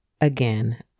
again